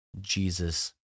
Jesus